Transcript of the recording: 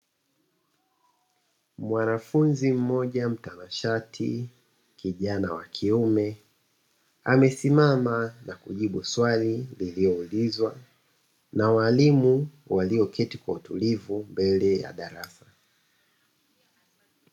Mwanafunzi mmoja mtanashati kijana wa kiume, amesimama na kujibu swali lililoulizwa na walimu walioketi kwa utulivu mbele ya darasa.